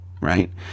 right